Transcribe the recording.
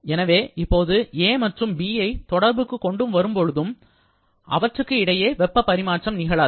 எனவே இப்போது A மற்றும் B ஐ தொடர்புக்கு கொண்டு வரும்பொழுதும் அவற்றுக்கு இடையே வெப்பப் பரிமாற்றம் நிகழாது